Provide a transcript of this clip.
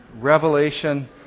Revelation